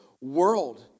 world